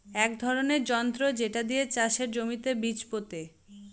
এক ধরনের যন্ত্র যেটা দিয়ে চাষের জমিতে বীজ পোতে